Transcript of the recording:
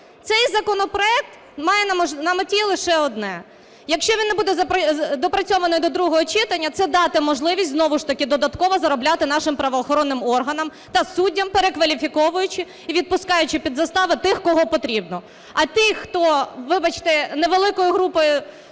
Цей законопроект має на меті лише одне, якщо він не буде допрацьований до другого читання – це дати можливість знову ж таки додатково заробляти нашим правоохоронним органам та суддям, перекваліфіковуючи і відпускаючи під застави тих, кого потрібно. А тих, хто, вибачте, невеликою групою,